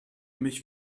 mich